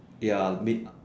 ya I mean